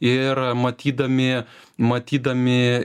ir matydami matydami